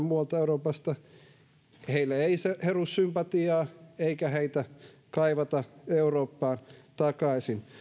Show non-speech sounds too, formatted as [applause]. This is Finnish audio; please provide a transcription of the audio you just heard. [unintelligible] muualta euroopasta ei heru sympatiaa eikä heitä kaivata eurooppaan takaisin